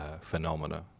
phenomena